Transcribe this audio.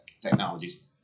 technologies